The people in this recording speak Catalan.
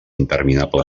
interminable